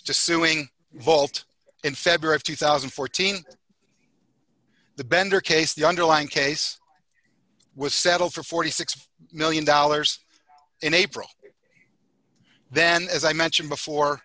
to suing vault in february of two thousand and fourteen the bender case the underlying case was settled for forty six million dollars in april then as i mentioned before